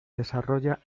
desarrolla